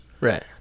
Right